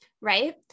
right